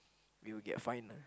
we will get fine lah